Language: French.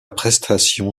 prestation